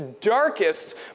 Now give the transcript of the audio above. darkest